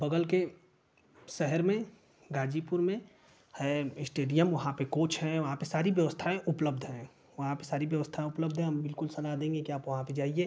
बगल के शहर में गाजीपुर में है इस्टेडियम वहाँ पे कोच हैं वहाँ पर सारी व्यवस्थाएँ उपलब्ध हैं वहाँ पे सारी बेवस्थाएँ उपलब्ध हैं हम बिल्कुल सलाह देंगे कि आप वहाँ पे जाइए